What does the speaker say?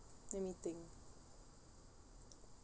let me think